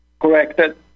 corrected